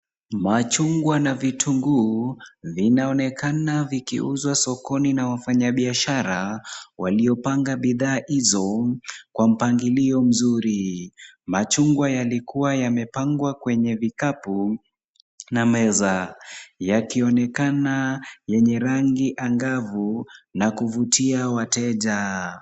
Machungwa na vitunguu vinaonekana vikiuzwa sokoni na wafanyabiashara waliopanga bidhaa hizo kwa mpangilio mzuri. Machungwa yalikuwa yamepangwa kwenye vikapu na meza yakionekana yenye rangi angavu na kuvutia wateja.